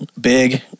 big